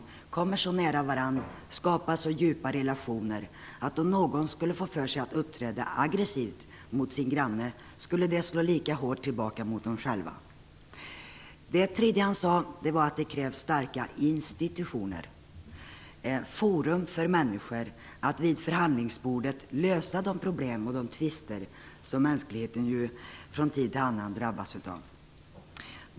Länderna skall komma så nära varandra och skapa så djupa relationer, att om någon skulle få för sig att uppträda aggressivt mot sin granne, skulle det slå lika hårt tillbaka mot denne själv. Det tredje som han sade var att det krävs starka institutioner, forum för människor att vid förhandlingsbordet möta de problem och tvister som mänskligheten från tid till annan drabbas av.